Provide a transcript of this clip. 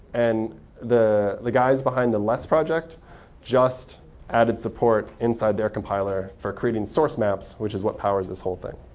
and the the guys behind the less project just added support inside their compiler for creating source maps, which is what powers this whole thing.